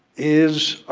is